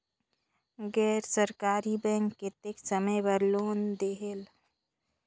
गैर सरकारी बैंक कतेक समय बर लोन देहेल?